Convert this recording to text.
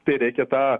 tai reikia tą